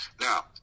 now